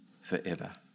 forever